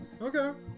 okay